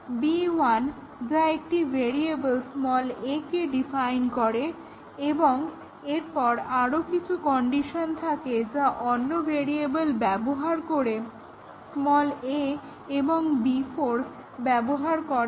B1 যা একটি variable a কে ডিফাইন করে এবং এরপর আরো কিছু কন্ডিশন থাকে যা অন্য ভেরিয়েবল ব্যবহার করে a এবং B4 ব্যবহার করে না